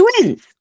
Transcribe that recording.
twins